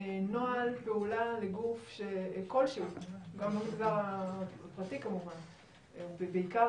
נוהל פעולה לגוף כלשהו גם במגזר הפרטי ובעיקר